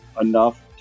enough